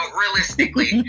realistically